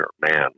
man